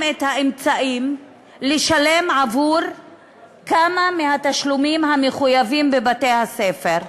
האמצעים לשלם כמה מהתשלומים המחויבים בבתי-הספר,